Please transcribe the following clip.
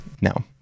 No